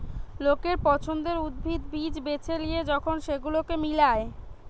লোকের পছন্দের উদ্ভিদ, বীজ বেছে লিয়ে যখন সেগুলোকে মিলায়